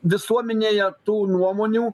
visuomenėje tų nuomonių